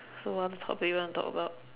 so what topic do you want to talk about